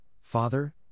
father